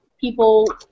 people